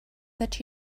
that